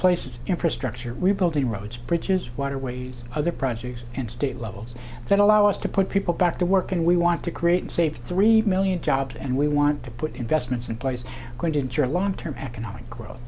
place its infrastructure rebuilding roads bridges waterways other projects and state levels that allow us to put people back to work and we want to create and save three million jobs and we want to put investments in place going to ensure long term economic growth